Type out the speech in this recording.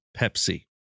Pepsi